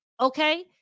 Okay